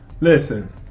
Listen